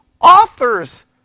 authors